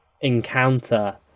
encounter